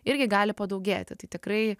irgi gali padaugėti tai tikrai